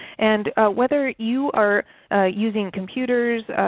and whether you are using computers,